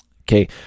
okay